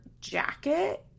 jacket